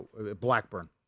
Blackburn